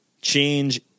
change